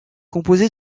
composé